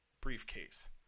briefcase